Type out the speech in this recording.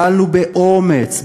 פעלנו באומץ,